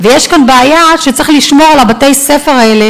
ויש כאן בעיה שצריך לשמור על בתי-הספר האלה